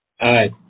Aye